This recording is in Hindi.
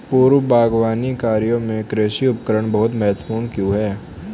पूर्व बागवानी कार्यों में कृषि उपकरण बहुत महत्वपूर्ण क्यों है?